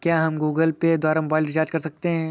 क्या हम Google Pay द्वारा मोबाइल रिचार्ज कर सकते हैं?